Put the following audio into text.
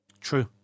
True